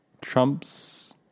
Trump's